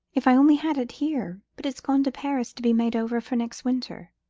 if i only had it here! but it's gone to paris to be made over for next winter,